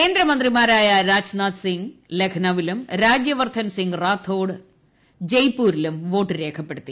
കേന്ദ്രമന്ത്രിമാരായ രാജ്നാഥ്സിംഗ് ലക്നൌവിലും രാജ്യൂവർദ്ധൻസിംഗ് റാത്തോഡ് ജയ്പൂരിലും വോട്ട് രേഖപ്പെടുത്തി